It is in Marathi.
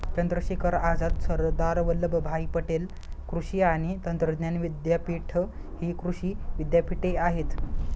चंद्रशेखर आझाद, सरदार वल्लभभाई पटेल कृषी आणि तंत्रज्ञान विद्यापीठ हि कृषी विद्यापीठे आहेत